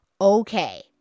Okay